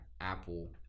apple